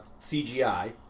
cgi